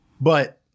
But-